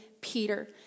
Peter